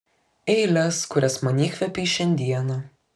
eiles kurias man įkvėpei šiandieną